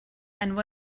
and